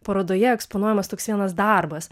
parodoje eksponuojamas toks vienas darbas